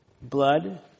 blood